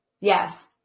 Yes